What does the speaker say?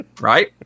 right